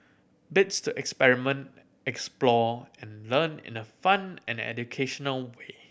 bits to experiment explore and learn in a fun and educational way